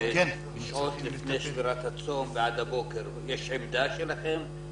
בשעות לפני שבירת הצום ועד הבוקר יש עמדה שלכם?